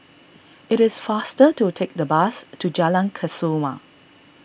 it is faster to take the bus to Jalan Kesoma